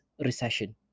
recession